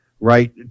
right